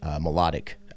melodic